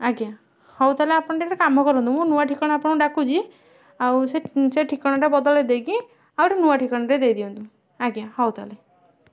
ଆଜ୍ଞା ହେଉ ତା'ହେଲେ ଆପଣ ଟିକେ କାମ କରନ୍ତୁ ମୁଁ ନୂଆ ଠିକଣା ଆପଣଙ୍କୁ ଡାକୁଛି ଆଉ ସେ ସେ ଠିକଣାଟା ବଦଳାଇ ଦେଇକି ଆଉ ଗୋଟେ ନୂଆ ଠିକଣାଟେ ଦେଇଦିଅନ୍ତୁ ଆଜ୍ଞା ହେଉ ତା'ହେଲେ